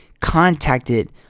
contacted